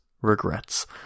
regrets